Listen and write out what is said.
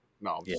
no